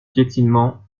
piétinement